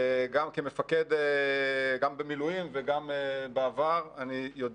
גם כמפקד במילואים ובעבר אני יודע